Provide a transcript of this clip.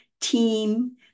team